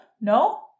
No